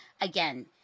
Again